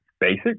basic